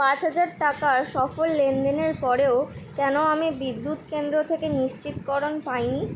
পাঁচ হাজার টাকার সফল লেনদেনের পরেও কেন আমি বিদ্যুৎ কেন্দ্র থেকে নিশ্চিতকরণ পাইনি